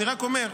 אני רק אומר.